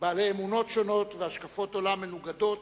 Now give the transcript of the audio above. בעלי אמונות שונות והשקפות עולם מנוגדות